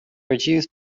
reduced